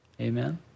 Amen